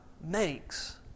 makes